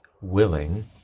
willing